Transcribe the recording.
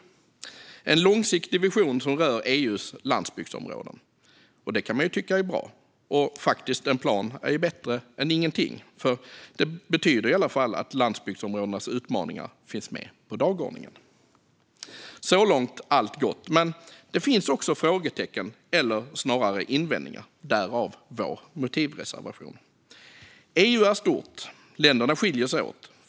Det är en långsiktig vision som rör EU:s landsbygdsområden. Det kan man ju tycka är bra, och en plan är ju faktiskt bättre än ingenting. Det betyder i alla fall att landsbygdsområdenas utmaningar finns med på dagordningen. Så långt är allt gott. Men det finns också frågetecken eller snarare invändningar, och därav vår motivreservation. EU är stort. Länderna skiljer sig åt.